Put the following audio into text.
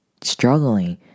struggling